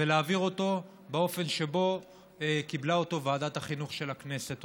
ולהעביר אותו באופן שבו קיבלה אותו ועדת החינוך של הכנסת.